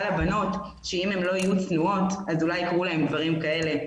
נעשתה שיחה לבנות שאם הן לא יהיו צנועות אז אולי יקרו להן דברים כאלה.